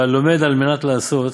והלומד על מנת לעשות,